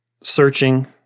searching